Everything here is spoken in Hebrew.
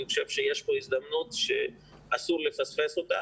אני חושב שיש פה הזדמנות שאסור לפספס אותה.